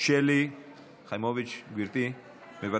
שלי יחימוביץ' מוותרת.